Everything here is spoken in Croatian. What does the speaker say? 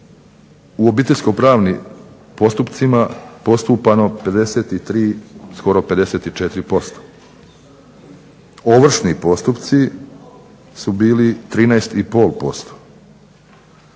u obiteljsko-pravnim postupcima postupano 53, skoro 54%. Ovršni postupci su bili 13